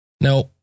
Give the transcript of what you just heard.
Now